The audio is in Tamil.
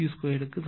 க்கு சமம்